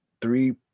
three